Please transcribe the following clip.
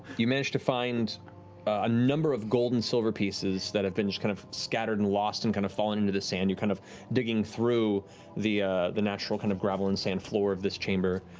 you manage to find a number of gold and silver pieces that have been kind of scattered and lost and kind of fallen into the sand. kind of digging through the the natural kind of gravel and sand floor of this chamber,